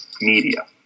media